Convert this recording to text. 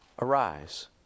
arise